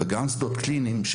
חסרים גם שדות קליניים.